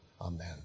Amen